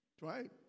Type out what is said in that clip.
Right